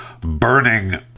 burning